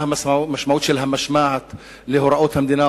מה המשמעות של המשמעת להוראות המדינה,